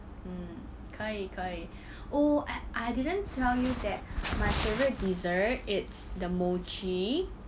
mm 可以可以 oh I I didn't tell you that my favourite dessert it's the mochi